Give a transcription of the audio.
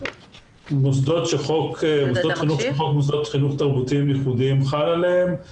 "מוסדות חינוך שחוק מוסדות חינוך תרבותיים ייחודיים חל עליהם;